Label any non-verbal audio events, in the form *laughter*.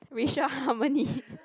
racial harmony *laughs*